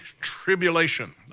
tribulation